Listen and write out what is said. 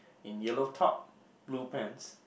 in yellow top blue pants